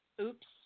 Oops